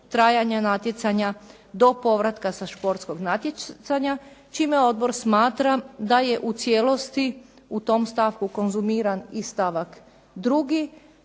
trajanja natjecanja do povratka sa športskog natjecanja, čime odbor smatra da je u cijelosti u tom stavku konzumiran i stavak 2. i